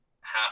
half